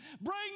bring